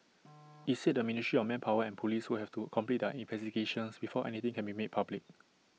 IT said the ministry of manpower and Police would have to complete their investigations before anything can be made public